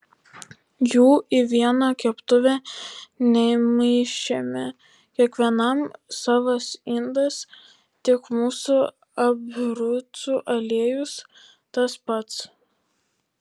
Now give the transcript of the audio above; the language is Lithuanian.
jų į vieną keptuvę nemaišėme kiekvienam savas indas tik mūsų abrucų aliejus tas pats